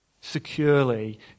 securely